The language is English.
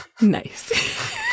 Nice